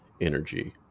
energy